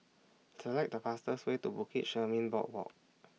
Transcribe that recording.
Select The fastest Way to Bukit Chermin Boardwalk